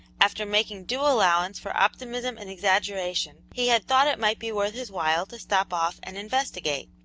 after making due allowance for optimism and exaggeration, he had thought it might be worth his while to stop off and investigate.